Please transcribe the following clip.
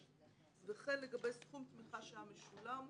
וכן לגבי סכום התמיכה שהיה משולם,